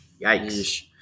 Yikes